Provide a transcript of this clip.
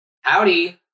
Howdy